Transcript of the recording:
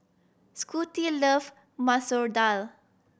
Scotty love Masoor Dal